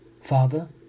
Father